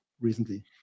recently